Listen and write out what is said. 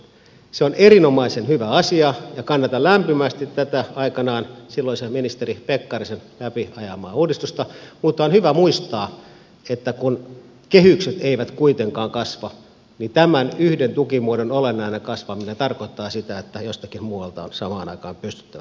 se on erinomaisen hyvä asia ja kannatan lämpimästi tätä silloisen ministeri pekkarisen aikoinaan läpi ajamaa uudistusta mutta on hyvä muistaa että kun kehykset eivät kuitenkaan kasva niin tämän yhden tukimuodon olennainen kasvaminen tarkoittaa sitä että jostakin muualta on samaan aikaan pystyttävä säästämään